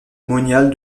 moniales